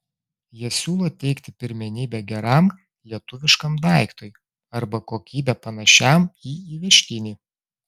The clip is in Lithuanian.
jie siūlo teikti pirmenybę geram lietuviškam daiktui arba kokybe panašiam į įvežtinį